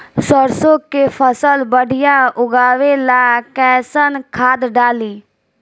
सरसों के फसल बढ़िया उगावे ला कैसन खाद डाली?